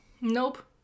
Nope